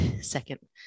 Second